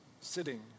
sitting